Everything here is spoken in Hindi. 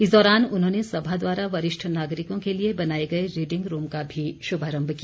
इस दौरान उन्होंने सभा द्वारा वरिष्ठ नागरिकों के लिए बनाए गए रीडिंग रूम का भी शुभारम्भ किया